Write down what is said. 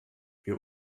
wir